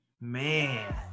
Man